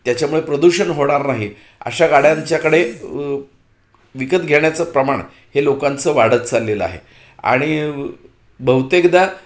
त्याच्यामुळे प्रदूषण होणार नाही अशा गाड्यांच्याकडे विकत घेण्याचं प्रमाण हे लोकांचं वाढत चाललेलं आहे आणि बहुतेकदा